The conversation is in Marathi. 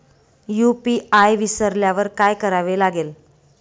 यू.पी.आय विसरल्यावर काय करावे लागेल?